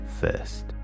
first